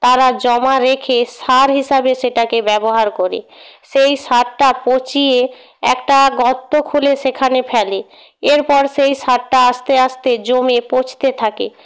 তারা জমা রেখে সার হিসাবে সেটাকে ব্যবহার করি সেই সারটা পচিয়ে একটা গর্ত খুলে সেখানে ফ্যালে এরপর সেই সারটা আস্তে আস্তে জমে পচতে থাকে